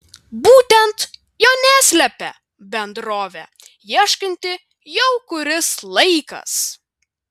būtent jo neslepia bendrovė ieškanti jau kuris laikas